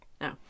No